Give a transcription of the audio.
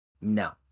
No